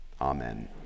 amen